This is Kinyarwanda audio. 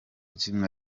kimwe